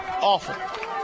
Awful